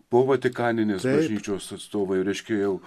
po vatikaninės bažnyčios atstovai reiškia jau